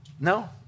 No